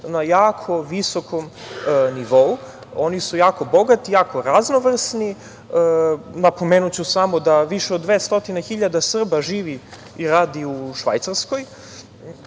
na jako visokom nivou. Oni su jako bogati, jako raznovrsni. Napomenuću samo da više od 200.000 Srba živi i radi u Švajcarskoj.